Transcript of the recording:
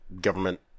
government